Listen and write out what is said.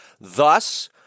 Thus